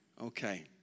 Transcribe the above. Okay